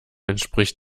entspricht